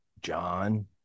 John